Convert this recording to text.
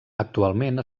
actualment